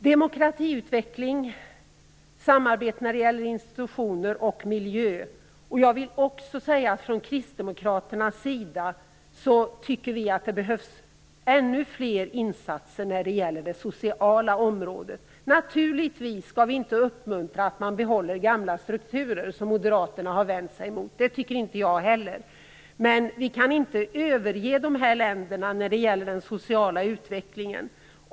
Demokratiutveckling, samarbete när det gäller institutioner och miljö är viktigt. Jag vill också säga att vi från Kristdemokraternas sida tycker att det behövs ännu fler insatser när det gäller det sociala området. Naturligtvis skall vi inte uppmuntra att man behåller gamla strukturer, vilket Moderaterna har vänt sig emot. Det tycker inte jag heller. Men vi kan inte överge dessa länder när det gäller den sociala utvecklingen.